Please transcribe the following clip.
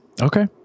Okay